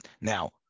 Now